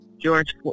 George